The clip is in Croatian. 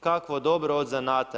Kakvo dobro od zanata.